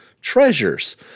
Treasures